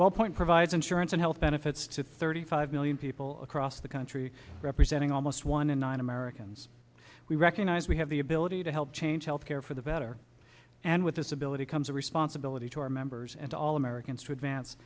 wellpoint provides insurance and health benefits to thirty five million people across the country representing almost one in nine americans we recognize we have the ability to help change health care for the better and with disability comes a responsibility to our members and to all americans to advance